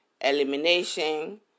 elimination